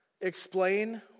Explain